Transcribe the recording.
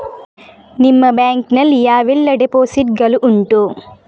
ನಿಮ್ಮ ಬ್ಯಾಂಕ್ ನಲ್ಲಿ ಯಾವೆಲ್ಲ ಡೆಪೋಸಿಟ್ ಗಳು ಉಂಟು?